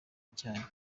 icyaha